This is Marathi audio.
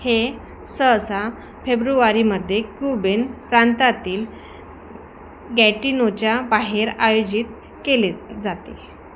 हे सहसा फेब्रुवारीमध्ये क्यूबेन प्रांतातील गॅटिनोच्या बाहेर आयोजित केले जाते